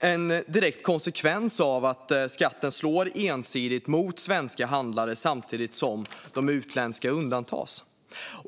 en direkt konsekvens av att denna skatt slår ensidigt mot svenska handlare samtidigt som de utländska undantas.